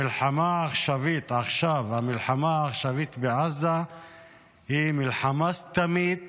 המלחמה העכשווית בעזה היא מלחמה סתמית